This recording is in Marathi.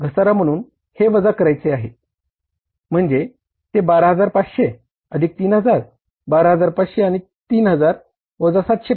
आपल्याला घसारा म्हणून हे वजा करायचे आहे म्हणजे ते 12500 अधिक 3000 12500 आणि 3000 वजा 750